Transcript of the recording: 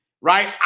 Right